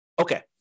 Okay